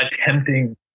attempting